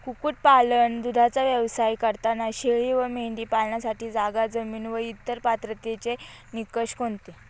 कुक्कुटपालन, दूधाचा व्यवसाय करताना शेळी व मेंढी पालनासाठी जागा, जमीन व इतर पात्रतेचे निकष कोणते?